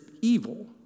evil